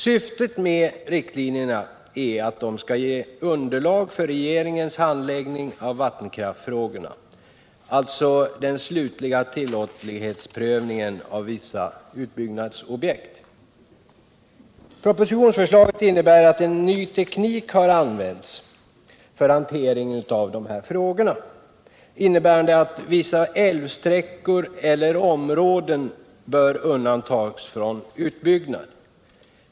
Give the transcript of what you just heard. Syftet med rikt — Svealand och linjerna är att de skall utgöra underlag för regeringens handläggning av Norrland vattenkraftsfrågorna, alltså den slutliga tillståndsprövningen för vissa utbyggnadsprojekt. Propositionsförslaget innebär att en ny teknik har valts för hanteringen av dessa frågor, innebärande att vissa älvsträckor eller områden bör undantas från utbyggnad.